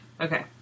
Okay